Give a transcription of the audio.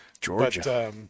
Georgia